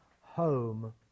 home